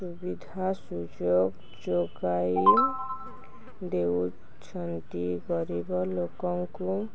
ସୁବିଧା ସୁଯୋଗ ଯୋଗାଇ ଦେଉଛନ୍ତି ଗରିବ ଲୋକଙ୍କୁ